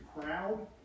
crowd